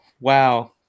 Wow